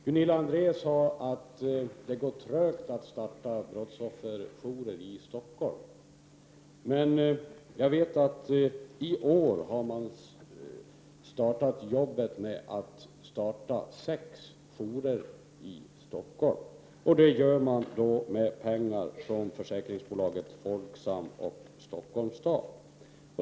Gunilla André sade att det går trögt att starta brottsofferjourer i Stockholm, men jag vet att i år har man påbörjat arbetet med att starta sex jourer i Stockholm, och det gör man med pengar från försäkringsbolaget Folksam och Stockholms stad.